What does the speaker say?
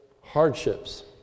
hardships